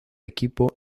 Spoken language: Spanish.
equipo